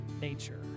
nature